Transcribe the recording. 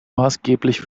maßgeblich